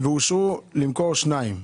אושרו למכור שניים.